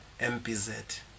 MPZ